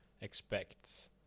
expects